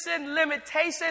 limitation